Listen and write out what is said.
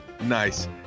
Nice